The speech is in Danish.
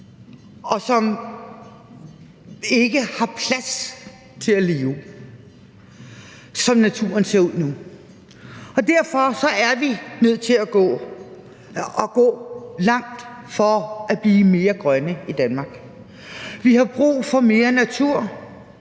de har ikke plads til at leve, som naturen ser ud nu. Derfor er vi nødt til at gå langt for at blive mere grønne i Danmark. Vi har brug for mere natur,